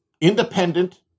independent